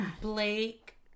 Blake